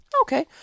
okay